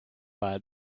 war